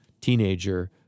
teenager